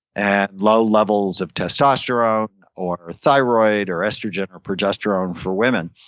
and low levels of testosterone, or thyroid, or estrogen, or progesterone for women,